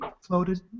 floated